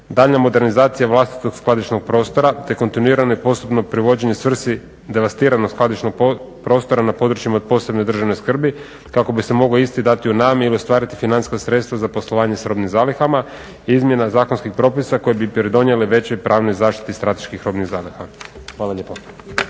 daljnja modernizacija vlastitog skladišnog prostora te kontinuirano je postupno privođenje svrsi devastiranog skladišnog prostora na područjima od posebne državne skrbi kako bi se mogao isti dati u najam ili ostvariti financijska sredstva za poslovanje s robnim zalihama izmjena zakonskih propisa koji bi pridonijeli većoj pravnoj zaštiti strateških robnih zaliha.